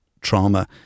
trauma